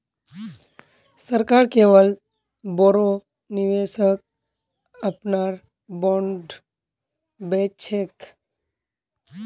सरकार केवल बोरो निवेशक अपनार बॉन्ड बेच छेक